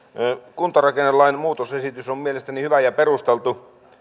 kuntarakennelain muutosesitys on mielestäni hyvä ja perusteltu